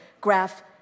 graph